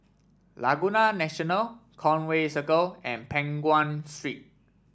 Laguna National Conway Circle and Peng Nguan Street